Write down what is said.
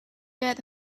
dead